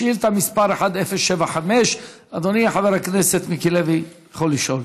שאילתה מס' 1075. אדוני חבר הכנסת מיקי לוי יכול לשאול.